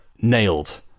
nailed